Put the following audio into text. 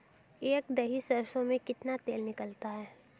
एक दही सरसों में कितना तेल निकलता है?